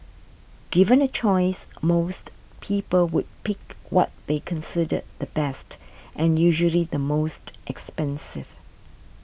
given a choice most people would pick what they consider the best and usually the most expensive